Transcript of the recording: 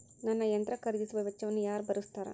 ನನ್ನ ಯಂತ್ರ ಖರೇದಿಸುವ ವೆಚ್ಚವನ್ನು ಯಾರ ಭರ್ಸತಾರ್?